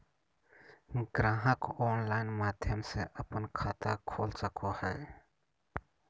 ग्राहक ऑनलाइन माध्यम से अपन खाता खोल सको हइ